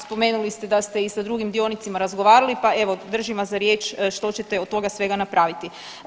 Spomenuli ste i da ste s drugim dionicima razgovarali pa evo držim vas za riječ što ćete od toga svega napraviti.